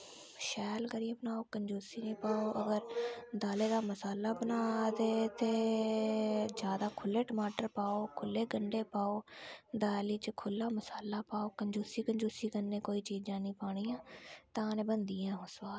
शैल करियै बनाओ कंजूसी निं पाओ अगर दाली दा मसाला बना दे ते जादा खु'ल्ले टमाटर पाओ खु'ल्ले गंढे पाओ खु'ल्ले दाली च खुल्ला मसाला पाओ कंजूसी कंजूसी कन्नै कोई चीज़ां निं पानियां तां निं बनदी ऐ ओह् सोआद